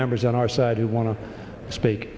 members on our side who want to speak